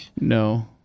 no